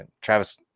Travis